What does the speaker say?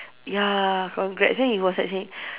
ya congrats then he was like saying